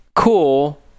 cool